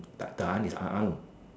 is